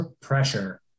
pressure